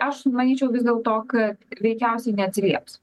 aš manyčiau vis dėlto kad veikiausiai neatsilieps